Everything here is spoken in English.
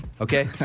Okay